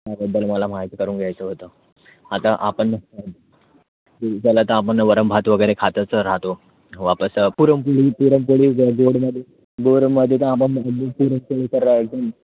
त्याबद्दल मला माहिती करून घ्यायचं होतं आता आपण झालं तर आपण वरणभात वगैरे खातच राहतो वापस पुरणपोळी पुरणपोळी गं गोडमध्ये गोडमध्ये पण आपण हल्ली पुरणपोळीचा रायटम